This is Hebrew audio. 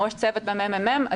ראש צוות בממ"מ.